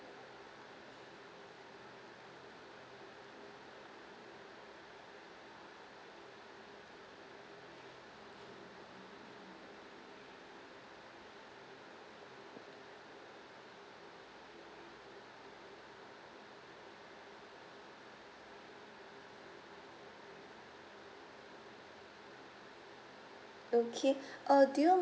okay err do you